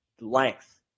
length